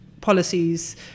policies